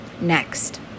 next